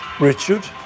Richard